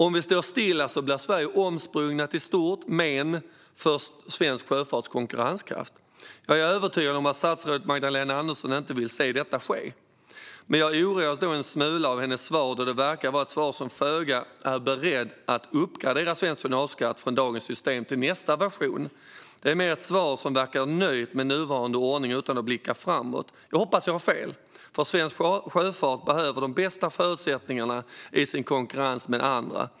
Om vi står stilla blir vi i Sverige omsprungna, till stort men för svensk sjöfarts konkurrenskraft. Jag är övertygad om att statsrådet Magdalena Andersson inte vill se detta ske. Men jag oroas då en smula av hennes svar, då det verkar vara ett svar där man är föga beredd att uppgradera svensk tonnageskatt från dagens system till nästa version. Det är mer ett svar där man verkar vara nöjd med nuvarande ordning utan att blicka framåt. Jag hoppas att jag har fel, för svensk sjöfart behöver de bästa förutsättningarna i sin konkurrens med andra.